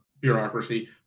bureaucracy